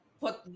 put